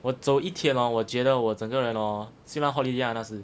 我走一天 hor 我觉得我整个人 hor 虽然 holiday ah 那时